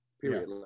period